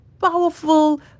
powerful